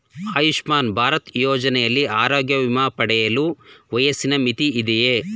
ಆಯುಷ್ಮಾನ್ ಭಾರತ್ ಯೋಜನೆಯಲ್ಲಿ ಆರೋಗ್ಯ ವಿಮೆ ಪಡೆಯಲು ವಯಸ್ಸಿನ ಮಿತಿ ಇದೆಯಾ?